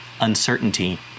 uncertainty